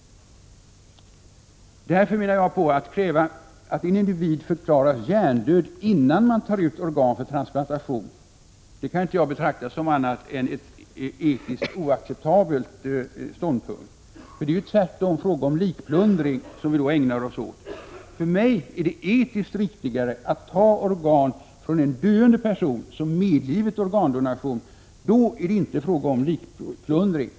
Att kräva att en individ förklaras död innan man tar ut organ för transplantation kan jag inte betrakta som annat än etiskt oacceptabelt. Det är likplundring vi då ägnar oss åt. För mig är det etiskt riktigare att ta organ från en döende person som medgivit organdonation. Då är det inte fråga om likplundring.